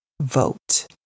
vote